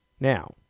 Now